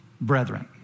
brethren